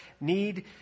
need